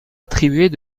attribuer